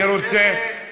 אבל תכנון זה כבר לא פנים.